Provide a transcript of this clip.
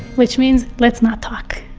which means let's not talk.